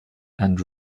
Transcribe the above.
and